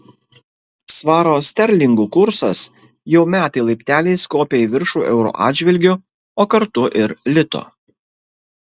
svaro sterlingų kursas jau metai laipteliais kopia į viršų euro atžvilgiu o kartu ir lito